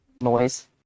noise